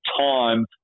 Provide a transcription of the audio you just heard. time